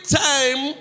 time